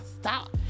stop